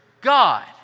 God